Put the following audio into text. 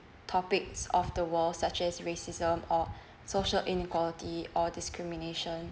topics of the world such as racism or social inequality or discrimination